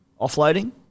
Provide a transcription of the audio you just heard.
Offloading